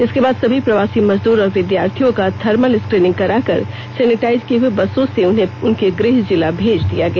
इसके बाद सभी प्रवासी मजदूर और विद्यार्थियों का थर्मल स्क्रीनिंग करा कर सैनिटाइज किए हुए बसो से उन्हें उनके गृह जिला भेज दिया गया